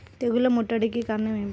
తెగుళ్ల ముట్టడికి కారణం ఏమిటి?